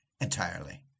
entirely